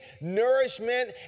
nourishment